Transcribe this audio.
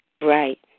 Right